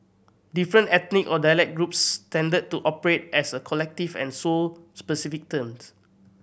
different ethnic or dialect groups tended to operate as a collective and sold specific terms